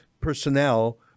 personnel